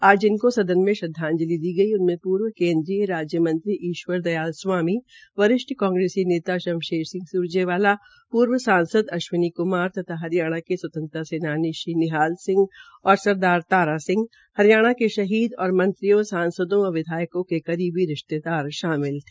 आज जिनको सदन में श्रदवाजंलि दी गई उनमे पूर्व केन्द्रीय राज्य मंत्री ईश्वर दयाल स्वामी वरिष्ठ कांग्रेसी नेता शमशेर सिंह स्रजेवाला पूर्व सांसद अश्विनी क्मार तथा हरियाणा के स्वतंत्रा सेनानी श्री निहाल सिंह और सरदार तारा सिंह हरियाणा के शहीद और मंत्रियों सांसदो व विधायकों के करीबी रिश्तेदार शामिल है